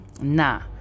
nah